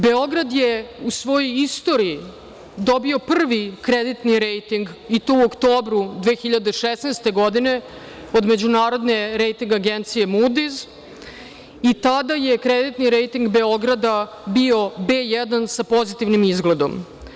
Beograd je u svojoj istoriji dobio prvi kreditni rejting i to u oktobru mesecu 2016. godine od međunarodne Rejting agencije Mudiz i tada je kreditni rejting Beograda bio B-1 sa pozitivnim izgledom.